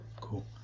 cool